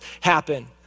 happen